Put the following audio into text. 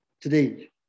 today